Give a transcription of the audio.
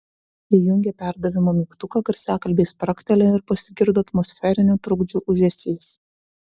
įjungė perdavimo mygtuką garsiakalbiai spragtelėjo ir pasigirdo atmosferinių trukdžių ūžesys